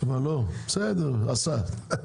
כבר לא, בסדר, עשה.